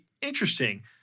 interesting